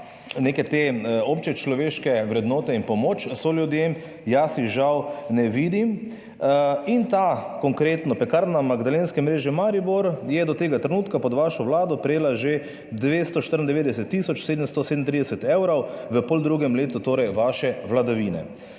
neke te obče človeške vrednote in pomoč soljudem, jaz jih žal ne vidim. In ta konkretno, Pekarna magdalenske mreže Maribor je do tega trenutka, pod vašo vlado prejela že 294 tisoč 737 evrov v poldrugem letu. Torej, vaše vladavine.